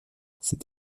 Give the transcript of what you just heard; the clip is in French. cet